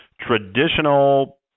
traditional